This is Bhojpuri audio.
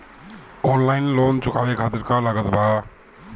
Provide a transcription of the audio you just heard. ऑनलाइन लोन चुकावे खातिर का का लागत बा?